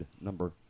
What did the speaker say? number